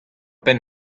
penn